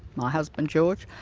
my husband george,